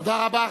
תודה רבה,